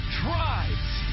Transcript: tribes